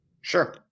Sure